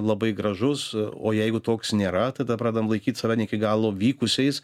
labai gražus o jeigu toks nėra tada pradedam laikyt save ne iki galo vykusiais